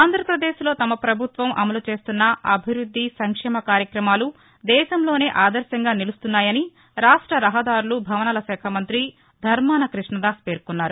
ఆంధ్రప్రదేశ్ లో తమ ప్రభుత్వం అమలు చేస్తున్న అభివృద్ది సంక్షేమ కార్యక్రమాలు దేశంలోనే ఆదర్శంగా నిలుస్తున్నాయని రాష్ట రహదారులు భవనాల శాఖ మంతి ధర్మాన కృష్ణదాస్ పేర్కొన్నారు